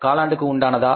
காலாண்டுக்கு உண்டானதா